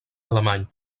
alemany